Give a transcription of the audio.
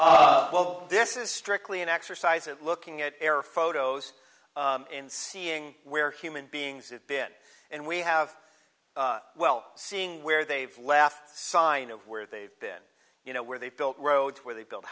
richmond well this is strictly an exercise of looking at their photos and seeing where human beings that been and we have well seeing where they've left sign of where they've been you know where they've built roads where they build